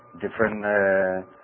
different